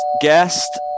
guest